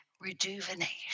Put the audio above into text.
rejuvenation